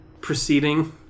proceeding